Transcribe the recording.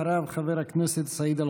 אחריו, חבר הכנסת סעיד אלחרומי.